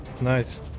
Nice